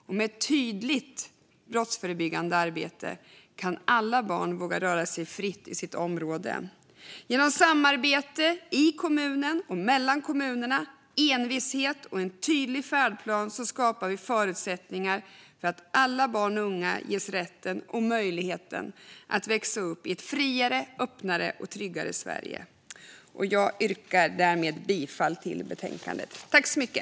Och med ett tydligt brottsförebyggande arbete kan alla barn våga röra sig fritt i sitt område. Genom samarbete i kommunen och mellan kommunerna, med envishet och en tydlig färdplan skapar vi förutsättningar för att alla barn och unga ges rätten och möjligheten att växa upp i ett friare, öppnare och tryggare Sverige. Kommuners ansvar för brottsförebyggande arbete Jag yrkar därmed bifall till förslaget i betänkandet.